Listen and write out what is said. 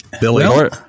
Billy